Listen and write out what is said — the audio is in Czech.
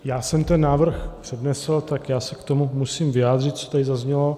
Já jsem ten návrh přednesl, tak já se k tomu musím vyjádřit, co tady zaznělo.